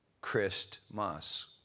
Christmas